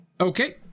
Okay